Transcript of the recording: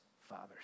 fathers